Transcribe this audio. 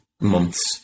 months